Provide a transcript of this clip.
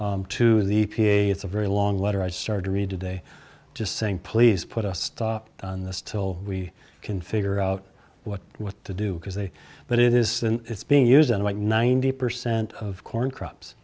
group to the e p a it's a very long letter i started to read today just saying please put a stop on this till we can figure out what to do because they but it is it's being used in like ninety percent of corn crops